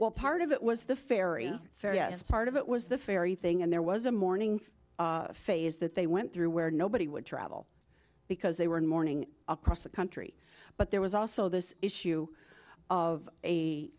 well part of it was the fairy fairy yes part of it was the fairy thing and there was a mourning phase that they went through where nobody would travel because they were in mourning across the country but there was also this issue of a